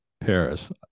Paris